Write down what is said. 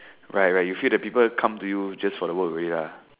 right right you feel the people come to you just for the work only